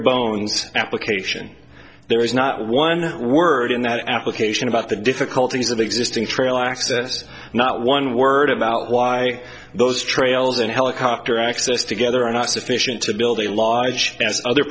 bones application there is not one word in that application about the difficulties of existing trail access not one word about why those trails and helicopter access together are not sufficient to build a law as other